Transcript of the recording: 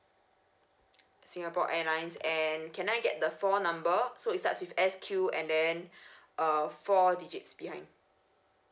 singapore airlines and can I get the phone number so it starts with S Q and then uh four digits behind